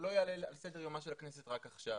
ולא יעלה על סדר יומה של הכנסת רק עכשיו.